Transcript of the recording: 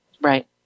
Right